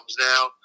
now